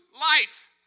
life